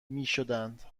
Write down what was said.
میشدند